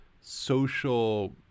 social